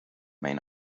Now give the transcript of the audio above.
main